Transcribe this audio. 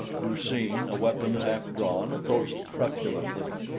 du-seen, a weapon half drawn, approached truculently.